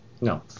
No